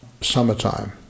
Summertime